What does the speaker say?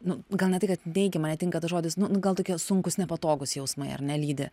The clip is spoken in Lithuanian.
nu gal ne tai kad neigiama netinka tas žodis nu nu gal tokie sunkūs nepatogūs jausmai ar ne lydi